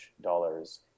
dollars